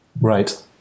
Right